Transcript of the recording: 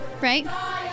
right